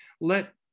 let